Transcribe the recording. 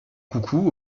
coucou